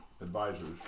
advisors